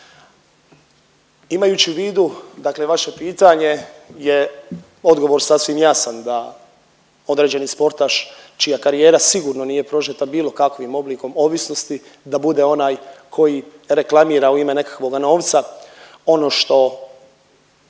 Imajući u vidu, dakle i vaše pitanje je odgovor sasvim jasan da određeni sportaš čija karijera sigurno nije prožeta bilo kakvim oblikom ovisnosti da bude onaj koji reklamira u ime nekakvoga novca ono što